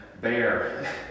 bear